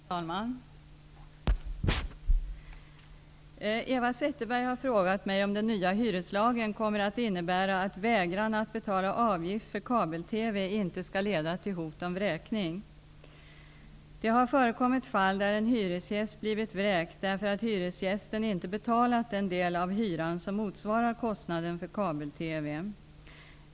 Fru talman! Eva Zetterberg har frågat mig om den nya hyreslagen kommer att innebära att vägran att betala avgift för kabel-TV inte skall leda till hot om vräkning. Det har förekommit fall där en hyresgäst blivit vräkt därför att hyresgästen inte betalat den del av hyran som motsvarar kostnaden för kabel-TV.